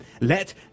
let